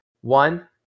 One